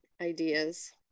ideas